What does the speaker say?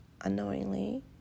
unknowingly